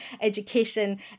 education